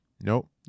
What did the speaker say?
Nope